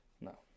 No